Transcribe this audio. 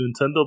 Nintendo